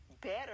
better